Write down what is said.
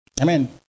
Amen